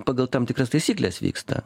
pagal tam tikras taisykles vyksta